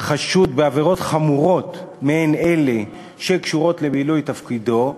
חשוד בעבירות חמורות מעין אלה שקשורות למילוי תפקידו,